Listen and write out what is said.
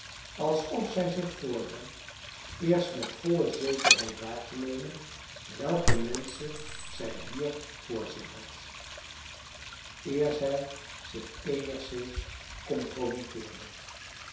alsof zij zich voornam eerst met volle zekerheid waar te nemen welke menschen zij hier voor zich had eer zij zich eenigszins